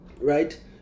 Right